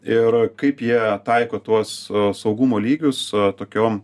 ir kaip jie taiko tuos saugumo lygius tokiom